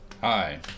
Hi